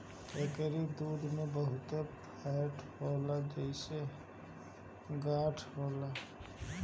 एकरी दूध में बहुते फैट होला जेसे इ गाढ़ होला